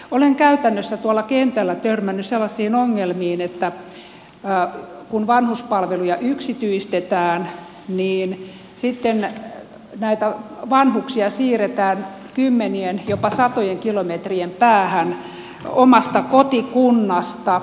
olen käytännössä tuolla kentällä törmännyt sellaisiin ongelmiin että kun vanhuspalveluja yksityistetään niin sitten näitä vanhuksia siirretään kymmenien jopa satojen kilometrien päähän omasta kotikunnastaan